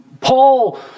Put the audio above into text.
Paul